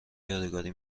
یادگاری